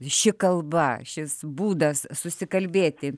ši kalba šis būdas susikalbėti